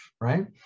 right